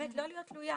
באמת לא להיות תלויה,